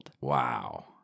Wow